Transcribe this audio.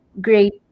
great